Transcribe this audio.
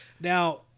Now